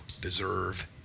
deserve